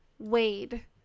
Wade